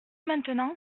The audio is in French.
maintenant